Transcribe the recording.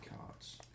cards